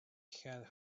had